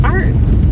arts